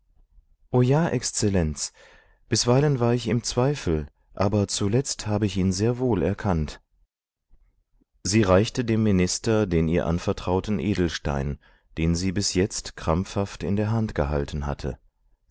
o ja exzellenz bisweilen war ich im zweifel aber zuletzt habe ich ihn sehr wohl erkannt sie reichte dem minister den ihr anvertrauten edelstein den sie bis jetzt krampfhaft in der hand gehalten hatte